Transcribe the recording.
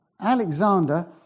Alexander